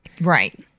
right